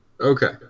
Okay